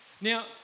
Now